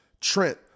trent